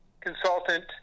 consultant